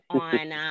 on